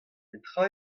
petra